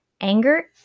Anger